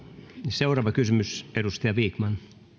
seuraava kysymys edustaja vikman